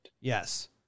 Yes